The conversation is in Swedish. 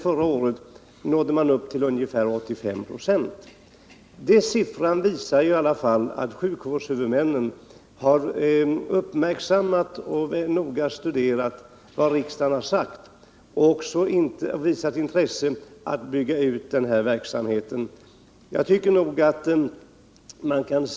Förra året nådde man upp till ungefär 85 96. Den siffran visar i alla fall att sjukvårdshuvudmännen har uppmärksammat och noga studerat vad riksdagen sagt, och de har också visat intresse för att bygga ut den här verksamheten.